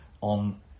on